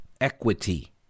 equity